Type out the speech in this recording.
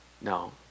No